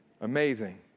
Amazing